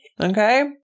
okay